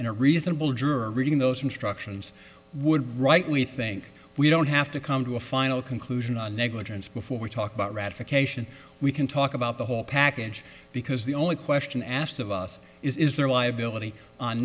in a reasonable juror reading those instructions would rightly think we don't have to come to a final conclusion on negligence before we talk about ratification we can talk about the whole package because the only question asked of us is is there liability on